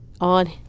on